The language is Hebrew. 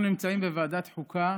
אנחנו נמצאים בוועדת חוקה